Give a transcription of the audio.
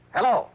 Hello